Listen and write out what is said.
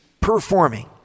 performing